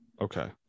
Okay